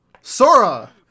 Sora